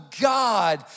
God